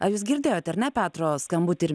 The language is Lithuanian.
ar jūs girdėjot ar ne petro skambutį ir